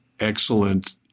Excellent